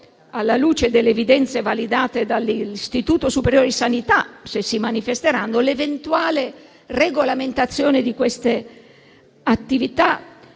alla luce delle evidenze validate dall'Istituto superiore di sanità, se si manifesteranno, l'eventuale regolamentazione di queste attività?